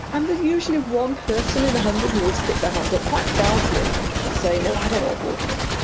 and there's usually one person in a hundred who will stick their hand up quite proudly and say, no, i don't know what boredom is.